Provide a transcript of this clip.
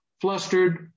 flustered